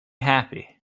happy